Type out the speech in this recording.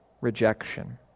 rejection